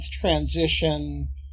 transition